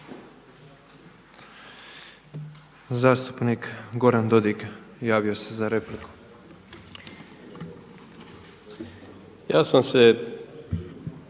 Zastupnik Goran Dodig javio se za repliku. **Dodig,